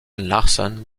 larsson